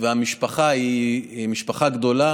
והמשפחה היא משפחה גדולה,